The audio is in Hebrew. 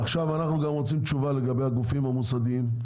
אנחנו גם רוצים תשובה לגבי הגופים המוסדיים.